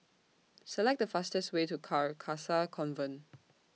Select The fastest Way to Carcasa Convent